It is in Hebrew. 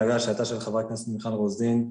בנוגע לשאלתה של חברת הכנסת מיכל רוזין,